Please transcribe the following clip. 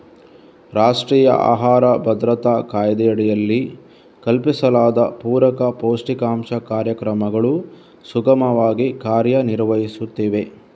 ರಾಷ್ಟ್ರೀಯ ಆಹಾರ ಭದ್ರತಾ ಕಾಯ್ದೆಯಡಿಯಲ್ಲಿ ಕಲ್ಪಿಸಲಾದ ಪೂರಕ ಪೌಷ್ಟಿಕಾಂಶ ಕಾರ್ಯಕ್ರಮಗಳು ಸುಗಮವಾಗಿ ಕಾರ್ಯ ನಿರ್ವಹಿಸುತ್ತಿವೆ